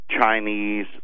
Chinese